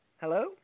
Hello